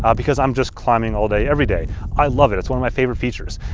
um because i'm just climbing all day everyday i love it! it's one of my favorite features.